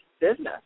business